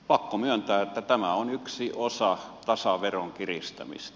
pakko myöntää että tämä on yksi osa tasaveron kiristämistä